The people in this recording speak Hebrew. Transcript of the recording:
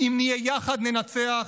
אם נהיה יחד, ננצח,